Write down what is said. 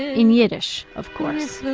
in yiddish, of course